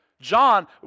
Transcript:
John